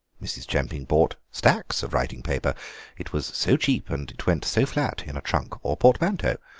mrs. chemping bought stacks of writing paper it was so cheap, and it went so flat in a trunk or portmanteau.